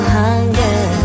hunger